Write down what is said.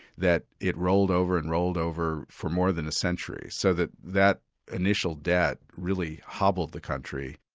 that it rolled over and rolled over for more than a century, so that that initial debt really hobbled the country.